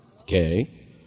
Okay